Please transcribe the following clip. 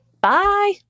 Bye